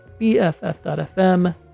BFF.FM